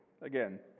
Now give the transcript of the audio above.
Again